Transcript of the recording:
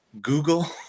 Google